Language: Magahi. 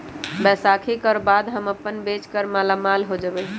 बैसाखी कर बाद हम अपन बेच कर मालामाल हो जयबई